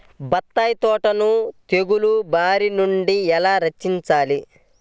బత్తాయి తోటను తెగులు బారి నుండి ఎలా రక్షించాలి?